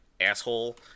asshole